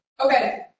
Okay